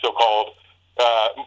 so-called